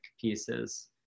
pieces